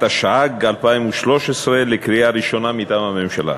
התשע"ג 2013, לקריאה ראשונה מטעם הממשלה.